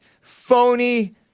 phony